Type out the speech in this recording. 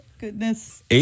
goodness